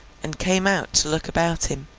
and came out to look about him,